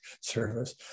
Service